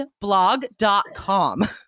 blog.com